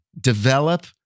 Develop